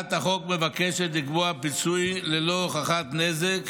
הצעת החוק מבקשת לקבוע פיצוי ללא הוכחת נזק